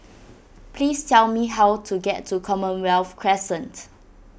please tell me how to get to Commonwealth Crescent